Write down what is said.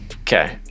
okay